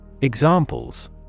Examples